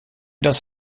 dass